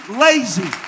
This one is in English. lazy